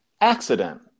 accident